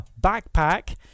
backpack